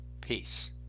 Peace